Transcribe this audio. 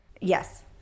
Yes